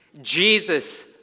Jesus